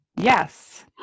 Yes